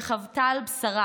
שחוותה על בשרה